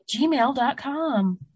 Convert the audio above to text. gmail.com